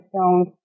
Stone's